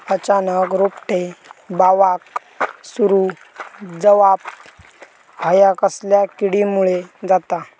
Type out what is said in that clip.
अचानक रोपटे बावाक सुरू जवाप हया कसल्या किडीमुळे जाता?